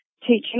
teaching